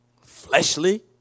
Fleshly